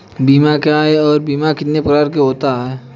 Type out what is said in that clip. बीमा क्या है और बीमा कितने प्रकार का होता है?